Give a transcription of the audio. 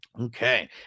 Okay